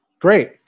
Great